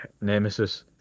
nemesis